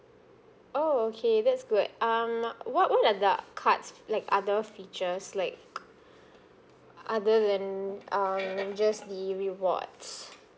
oh okay that's good um what what are the cards like other features like other than um just the rewards